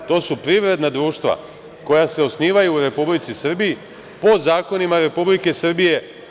To su privredna društva koja se osnivaju u Republici Srbiji po zakonima Republike Srbije.